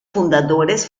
fundadores